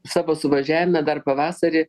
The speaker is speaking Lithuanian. savo suvažiavime dar pavasarį